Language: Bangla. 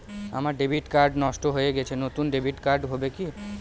আমার ডেবিট কার্ড নষ্ট হয়ে গেছে নূতন ডেবিট কার্ড হবে কি?